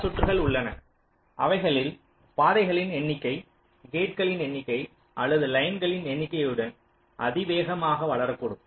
பல சுற்றுகள் உள்ளன அவைகளில் பாதைகளின் எண்ணிக்கை கேட்களின் எண்ணிக்கை அல்லது லைன்களின் எண்ணிக்கையுடன் அதிவேகமாக வளரக்கூடும்